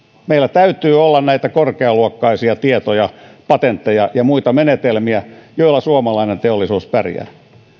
meillä täytyy olla näitä korkealuokkaisia tietoja patentteja ja muita menetelmiä joilla suomalainen teollisuus pärjää